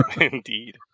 Indeed